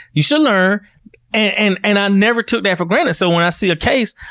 you should learn. and and i never took that for granted. so when i see a case,